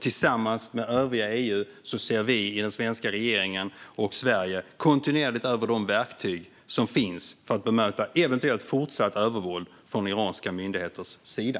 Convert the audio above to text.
Tillsammans med övriga EU ser vi i den svenska regeringen och Sverige kontinuerligt över de verktyg som finns för att bemöta eventuellt fortsatt övervåld från iranska myndigheters sida.